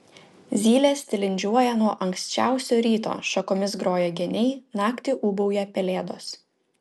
zylės tilindžiuoja nuo anksčiausio ryto šakomis groja geniai naktį ūbauja pelėdos